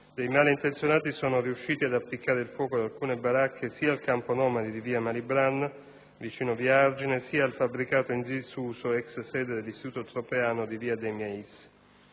dei malintenzionati sono riusciti ad appiccare il fuoco ad alcune baracche sia al campo nomadi di via Malibran, in prossimità di via Argine, sia al fabbricato in disuso - ex sede dell'istituto Tropeano - di via De Meis.